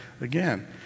Again